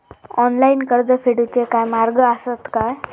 Online कर्ज फेडूचे काय मार्ग आसत काय?